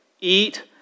eat